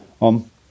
on